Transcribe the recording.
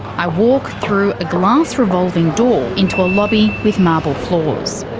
i walk through a glass revolving door into a lobby with marble floors.